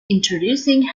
introducing